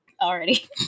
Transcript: already